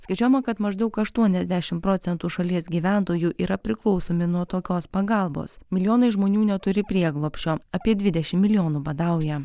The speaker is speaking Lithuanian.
skaičiuojama kad maždaug aštuoniasdešim procentų šalies gyventojų yra priklausomi nuo tokios pagalbos milijonai žmonių neturi prieglobsčio apie dvidešim milijonų badauja